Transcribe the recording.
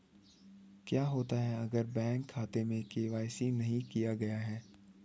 क्या होगा अगर बैंक खाते में के.वाई.सी नहीं किया गया है?